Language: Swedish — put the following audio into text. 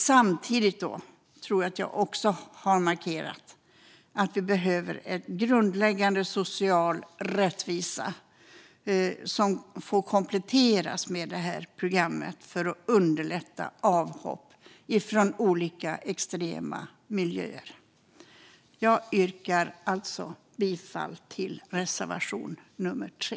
Samtidigt, som jag också markerade, behövs en grundläggande social rättvisa som får kompletteras med programmet för att underlätta avhopp från olika extrema miljöer. Jag yrkar bifall till reservation nummer 3.